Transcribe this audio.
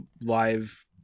live